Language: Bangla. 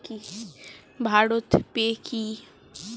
ভারত পে কি?